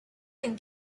can